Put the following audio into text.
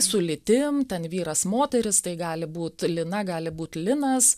su lytim ten vyras moteris tai gali būt lina gali būt linas